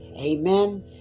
Amen